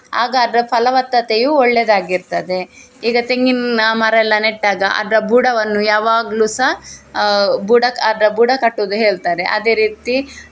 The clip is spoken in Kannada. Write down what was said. ಆಗ ಅದರ ಫಲವತ್ತತೆಯು ಒಳ್ಳೆಯದಾಗಿರ್ತದೆ ಈಗ ತೆಂಗಿನ ಮರ ಎಲ್ಲ ನೆಟ್ಟಾಗ ಅದರ ಬುಡವನ್ನು ಯಾವಾಗಲೂ ಸಹ ಬುಡಕ್ಕೆ ಅದರ ಬುಡ ಕಟ್ಟುವುದು ಹೇಳ್ತಾರೆ ಅದೇ ರೀತಿ